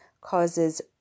causes